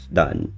done